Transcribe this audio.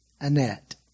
Annette